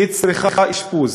היא צריכה אשפוז.